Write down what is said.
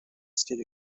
state